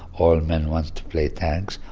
all men want to play tanks.